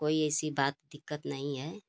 कोई ऐसी बात दिक्कत नहीं है